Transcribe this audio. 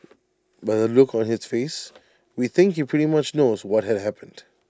by the look on his face we think he pretty much knows what had happened